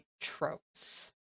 tropes